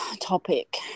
topic